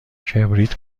کبریت